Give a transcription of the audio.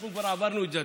אנחנו כבר עברנו את זה.